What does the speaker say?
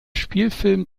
spielfilm